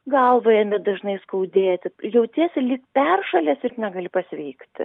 galvą ėmė dažnai skaudėti jautiesi lyg peršalęs ir negali pasveikti